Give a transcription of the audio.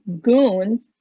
goons